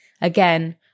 Again